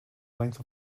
length